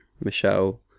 Michelle